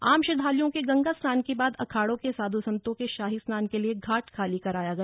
आम श्रद्दालुओं के गंगा स्नान के बाद अखाड़ों के साधु संतों के शाही स्नान के लिए घाट खाली कराया गया